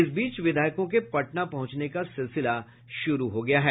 इस बीच विधायकों के पटना पहुंचने का सिलसिला शुरू हो गया है